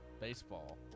baseball